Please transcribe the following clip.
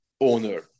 owner